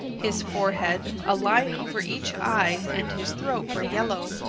his forehead, a line over each eye, and his throat were yellow.